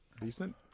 decent